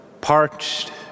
parched